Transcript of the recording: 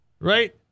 Right